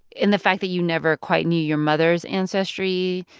and the fact that you never quite knew your mother's ancestry,